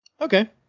Okay